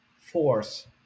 force